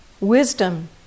Wisdom